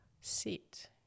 sit